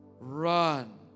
Run